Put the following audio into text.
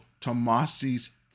Tomasi's